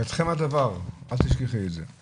בידכם הדבר, אל תשכחי את זה.